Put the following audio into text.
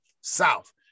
South